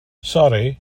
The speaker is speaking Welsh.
sori